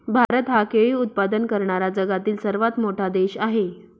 भारत हा केळी उत्पादन करणारा जगातील सर्वात मोठा देश आहे